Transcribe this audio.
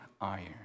iron